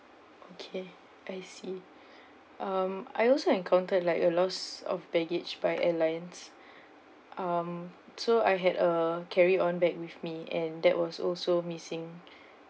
okay I see um I also encountered like a loss of baggage by airlines um so I had a carry on bag with me and that was also missing